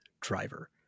driver